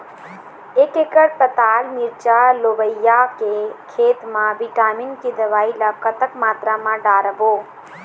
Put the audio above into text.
एक एकड़ पताल मिरचा लोबिया के खेत मा विटामिन के दवई ला कतक मात्रा म डारबो?